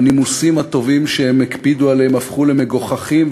והנימוסים הטובים שהם הקפידו עליהם הפכו למגוחכים,